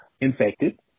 infected